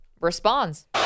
responds